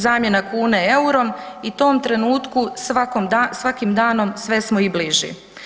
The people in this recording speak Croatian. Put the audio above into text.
Zamjena kune eurom i u tom trenutku, svakim danom sve smo i bliži.